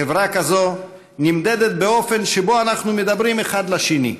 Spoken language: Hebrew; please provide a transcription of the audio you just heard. חברה כזאת נמדדת באופן שבו אנחנו מדברים אחד לשני,